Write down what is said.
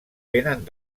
vénen